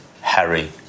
Harry